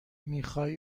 میخوای